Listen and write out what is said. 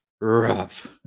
rough